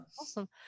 Awesome